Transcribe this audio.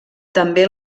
també